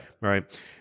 Right